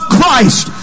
Christ